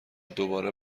دوباره